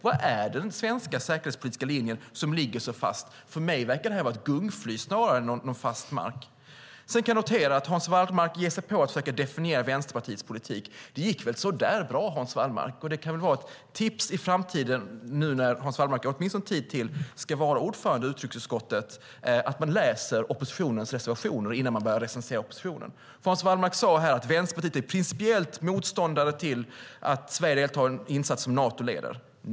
Vilken är den svenska säkerhetspolitiska linjen som ligger så fast? För mig framstår det här som ett gungfly snarare än fast mark. Jag noterade att Hans Wallmark gav sig på att försöka definiera Vänsterpartiets politik. Det gick väl sådär, Hans Wallmark. Ett tips för framtiden, när Hans Wallmark åtminstone ett tag till ska vara ordförande i utrikesutskottet, är att läsa oppositionens reservationer innan han börjar recensera oppositionen. Hans Wallmark sade här att Vänsterpartiet principiellt är motståndare till att Sverige deltar i en insats som Nato leder.